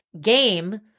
game